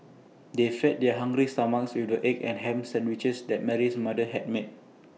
they fed their hungry stomachs with the egg and Ham Sandwiches that Mary's mother had made